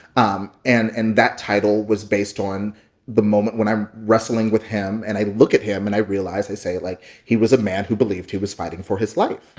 um and and that title was based on the moment when i'm wrestling with him and i look at him and i realize. i say it like, he was a man who believed he was fighting for his life.